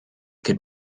could